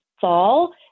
fall